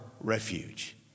refuge